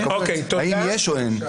האם יש או אין.